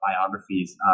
biographies